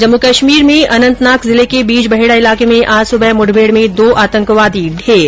जम्मू कश्मीर में अनन्तनाग जिले के बीज बहेडा इलाके में आज सुबह मुठभेड़ में दो आतंकवादी ढेर